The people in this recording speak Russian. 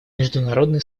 международные